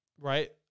right